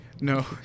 No